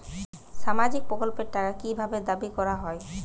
সামাজিক প্রকল্পের টাকা কি ভাবে দাবি করা হয়?